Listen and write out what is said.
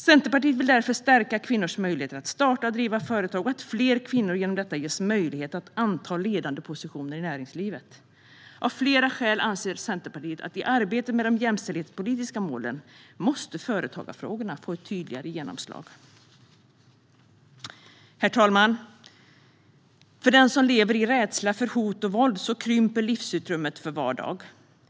Centerpartiet vill därför stärka kvinnors möjligheter att starta och driva företag och att fler kvinnor genom detta ges möjlighet att anta ledande positioner i näringslivet. Av flera skäl anser Centerpartiet att i arbetet med de jämställdhetspolitiska målen måste företagarfrågorna få ett tydligare genomslag. Herr talman! För den som lever i rädsla för hot och våld krymper livsutrymmet för var dag.